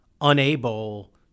unable